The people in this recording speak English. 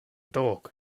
dog